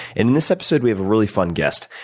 and in this episode, we have a really fun guest,